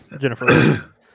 Jennifer